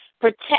Protect